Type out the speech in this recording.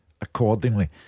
accordingly